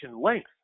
length